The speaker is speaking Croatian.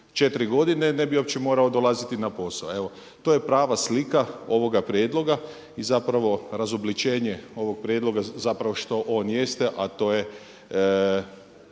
u 4 godine ne bi uopće morao dolaziti na posao. Evo to je prava slika ovoga prijedloga i zapravo razubličenje ovog prijedloga zapravo što on jeste, a to je